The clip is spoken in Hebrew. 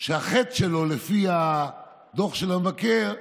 והחטא שלו, לפי הדוח של המבקר,